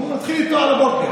אני מתחיל איתו על הבוקר.